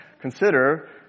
Consider